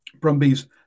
Brumbies